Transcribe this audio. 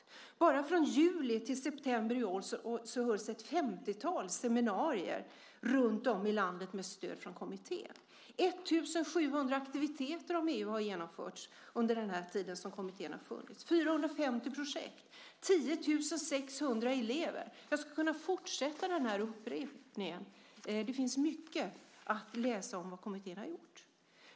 Enbart från juli till september i år hölls ett femtiotal seminarier runtom i landet med stöd från kommittén. Det har genomförts 1 700 aktiviteter om EU under den tid som kommittén har funnits och 450 projekt, och 10 600 elever har berörts. Jag skulle kunna fortsätta uppräkningen. Det finns mycket att läsa om vad kommittén har gjort.